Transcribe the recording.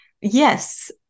yes